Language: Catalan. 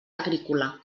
agrícola